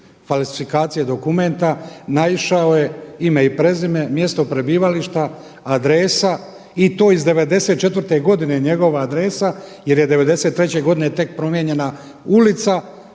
falsifikacije dokumenta naišao je ime i prezime, mjesto prebivališta, adresa i to iz '94. godine njegova adresa jer je '93. tek promijenjena ulica,